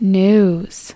news